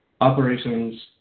operations